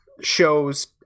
shows